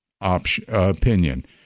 opinion